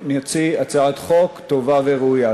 ונוציא הצעת חוק טובה וראויה.